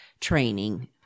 training